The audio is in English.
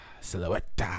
Silhouette